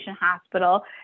hospital